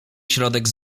środek